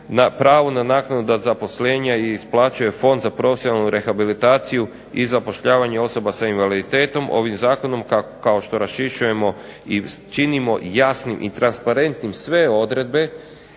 pravo na naknadu da zaposlene isplaćuje Fond za profesionalnu rehabilitaciju i zapošljavanje osoba s invaliditetom. Ovim zakonom kao što raščišćujemo i činimo jasnim i transparentnim sve odredbe